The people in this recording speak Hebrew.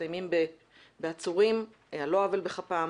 שמסתיימים בעצורים על לא עוול בכפם